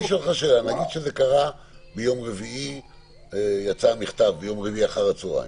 נניח שיצא המכתב ביום רביעי אחר הצהריים,